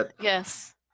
yes